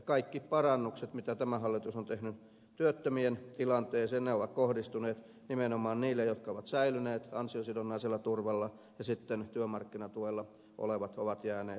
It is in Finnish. kaikki parannukset mitä tämä hallitus on tehnyt työttömien tilanteeseen ovat kohdistuneet nimenomaan niille jotka ovat säilyneet ansiosidonnaisella turvalla ja työmarkkinatuella olevat ovat jääneet jalkoihin